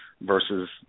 versus